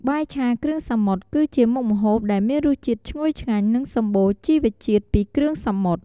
បាយឆាគ្រឿងសមុទ្រ គឺជាមុខម្ហូបដែលមានរសជាតិឈ្ងុយឆ្ងាញ់ និងសម្បូរជីវជាតិពីគ្រឿងសមុទ្រ។